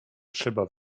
trzeba